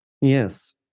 Yes